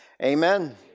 Amen